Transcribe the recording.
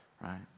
right